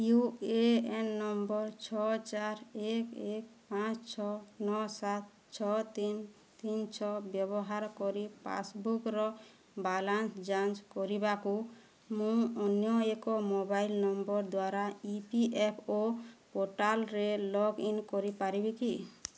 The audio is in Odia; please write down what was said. ୟୁ ଏ ଏନ୍ ନମ୍ବର ଛଅ ଚାରି ଏକ ଏକ ପାଞ୍ଚ ଛଅ ନଅ ସାତ ଛଅ ତିନି ତିନି ଛଅ ବ୍ୟବହାର କରି ପାସ୍ବୁକ୍ର ବାଲାନ୍ସ ଯାଞ୍ଚ କରିବାକୁ ମୁଁ ଅନ୍ୟ ଏକ ମୋବାଇଲ ନମ୍ବର ଦ୍ଵାରା ଇ ପି ଏଫ୍ ଓ ପୋର୍ଟାଲ୍ରେ ଲଗ୍ଇନ୍ କରିପାରିବି କି